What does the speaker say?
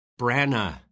Branna